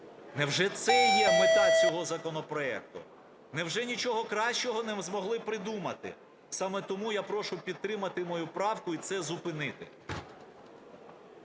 Невже це є мета цього законопроекту? Невже нічого кращого не змогли придумати? Саме тому я прошу підтримати мою правку і це зупинити.